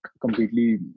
completely